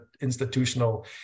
institutional